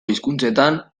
hizkuntzetan